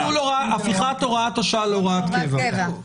הפיכת הוראת השעה להוראת קבע.